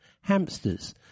hamsters